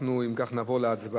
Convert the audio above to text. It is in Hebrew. אנחנו אם כך נעבור להצבעה.